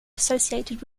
associated